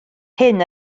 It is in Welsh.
hyn